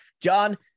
John